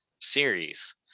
series